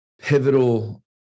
pivotal